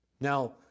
Now